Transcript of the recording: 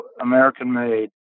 American-made